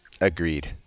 Agreed